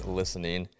listening